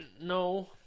no